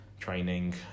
Training